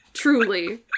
Truly